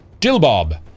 Dilbob